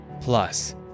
Plus